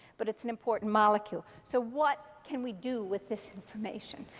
but it's an important molecule. so what can we do with this information?